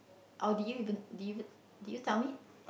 or did you even did you even did you tell me